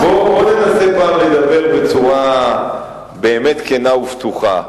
בוא ננסה פעם לדבר בצורה באמת כנה ופתוחה.